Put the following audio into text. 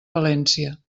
valència